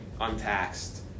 untaxed